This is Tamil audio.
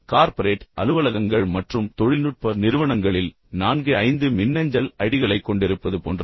எனவே கார்ப்பரேட் அலுவலகங்கள் மற்றும் தொழில்நுட்ப நிறுவனங்கள் போன்ற இடங்களில் மக்கள் நான்கு ஐந்து மின்னஞ்சல் ஐடிகளைக் கொண்டிருப்பது போன்றது